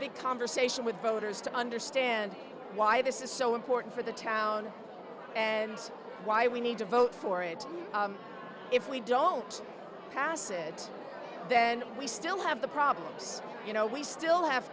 a conversation with voters to understand why this is so important for the town and why we need to vote for it if we don't pass it then we still have the problems you know we still have